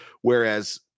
Whereas